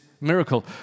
miracle